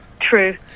True